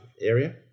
area